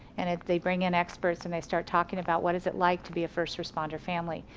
and if they bring in experts and they start talking about what is it like to be a first responder family.